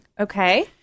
Okay